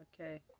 Okay